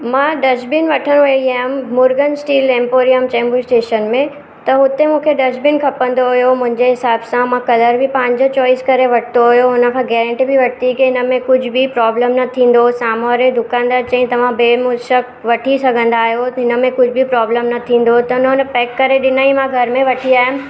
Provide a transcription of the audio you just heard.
मां डस्टबिन वठण वई हुअमि Murgan steel emporium Chembur station में त हुते मूंखे डस्टबिन खपंदो हुओ मुंहिंजे हिसाब सां मां कलर बि पंहिंजो चॉइस करे वरितो हुओ हुनखां गैरंटी बि वठती हुई की हिनमें कुझ बि प्रॉब्लम न थींदो साम्हूं वारे दुकानदारु चई तव्हां बेमुशक वठी सघंदा आयो हिनमें कुझ बि प्रॉब्लम न थींदो त हुन ई पैक करे ॾिनई मां घर में वठी आयमि